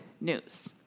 news